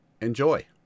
Enjoy